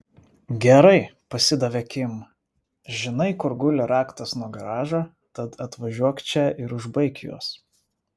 gerai pasidavė kim žinai kur guli raktas nuo garažo tad atvažiuok čia ir užbaik juos